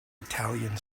italian